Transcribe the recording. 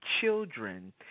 children